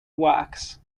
works